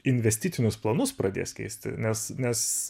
investicinius planus pradės keisti nes nes